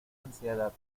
ansiedad